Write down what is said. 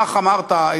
כך אמרת,